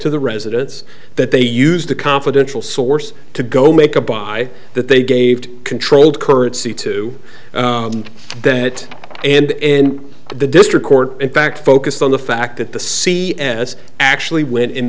to the residence that they used a confidential source to go make a buy that they gave controlled currency to that and in the district court in fact focused on the fact that the c s actually went